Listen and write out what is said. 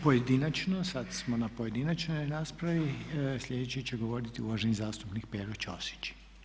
pojedinačno, sad smo na pojedinačnoj raspravi, sljedeći će govoriti uvaženi zastupnik Pero Ćosić.